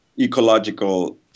ecological